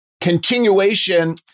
continuation